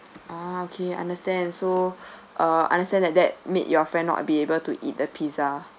uh okay understand so uh understand that that make your friend not be able to eat the pizza